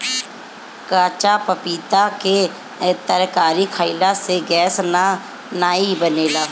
काच पपीता के तरकारी खयिला से गैस नाइ बनेला